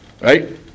Right